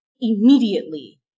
immediately